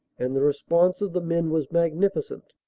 and the response of the men was magnificent,